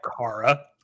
Kara